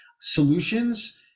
solutions